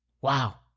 Wow